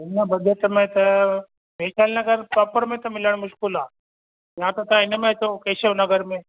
इन बजट में त वैशाली नगर प्रोपर में त मिलण मुश्किल आहे या त तव्हां इनमें अचो केशव नगर में